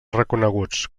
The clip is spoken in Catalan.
reconeguts